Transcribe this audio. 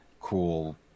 cool